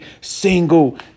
single